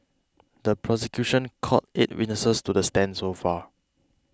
the prosecution called eight witnesses to the stand so far